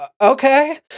okay